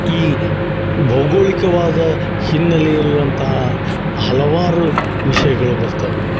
ಈ ಭೌಗೋಳಿಕವಾದ ಹಿನ್ನಲೆಯಂತಹ ಹಲವಾರು ವಿಷಯಗಳು ಬರ್ತವೆ